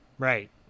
Right